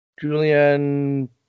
Julian